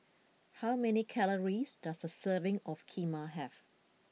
how many calories does a serving of Kheema have